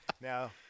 Now